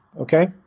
Okay